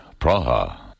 Praha